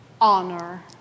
honor